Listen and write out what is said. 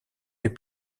les